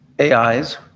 AIs